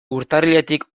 urtarriletik